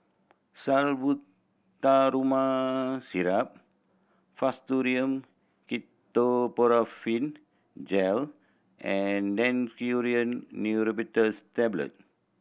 Salbutamol Syrup Fastum Ketoprofen Gel and Daneuron Neurobion Tablet